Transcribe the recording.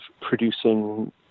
producing